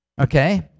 Okay